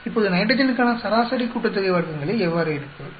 இப்போது நைட்ரஜனுக்கான சராசரி கூட்டுத்தொகை வர்க்கங்களை எவ்வாறு எடுப்பது